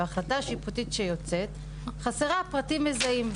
וההחלטה השיפוטית שיוצאת חסרה פרטים מזהים.